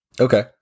Okay